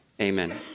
Amen